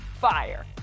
Fire